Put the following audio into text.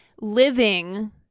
living